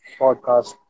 podcast